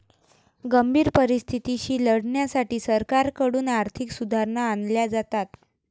गंभीर परिस्थितीशी लढण्यासाठी सरकारकडून आर्थिक सुधारणा आणल्या जातात